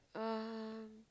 um